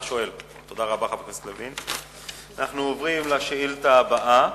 אנחנו עוברים לשאילתא הבאה,